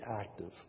active